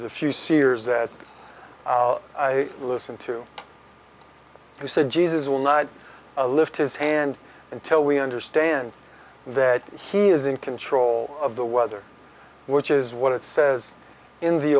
the few seers that i listened to who said jesus will not lift his hand until we understand that he is in control of the weather which is what it says in the